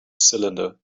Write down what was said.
cylinder